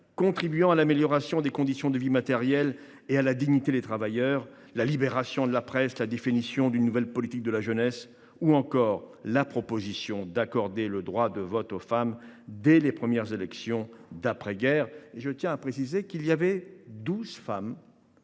contribuant à l’amélioration des conditions de vie matérielles et à la dignité des travailleurs ; la libération de la presse ; la définition d’une nouvelle politique de la jeunesse ; ou encore la proposition d’accorder le droit de vote aux femmes, dès les premières élections d’après guerre. À ce propos, je tiens à préciser que douze femmes